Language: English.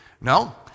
No